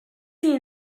sie